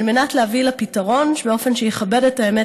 על מנת להביא לפתרון באופן שיכבד את האמת